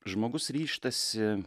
žmogus ryžtasi